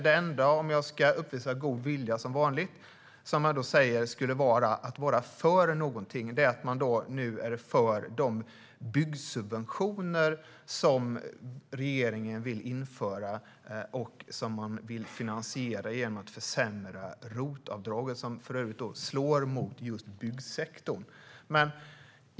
Det enda som skulle vara för någonting, om jag ska uppvisa god vilja som vanligt, är att man nu är för de byggsubventioner som regeringen vill införa och som man vill finansiera genom att försämra ROT-avdraget, något som för övrigt slår mot just byggsektorn.